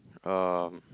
um